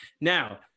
Now